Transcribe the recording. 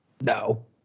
No